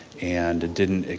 and it didn't,